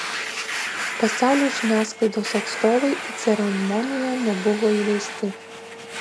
pasaulio žiniasklaidos atstovai į ceremoniją nebuvo įleisti